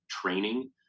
training